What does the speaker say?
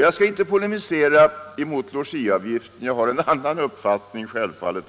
Jag skall inte polemisera mot logiavgiften — jag har självfallet en annan uppfattning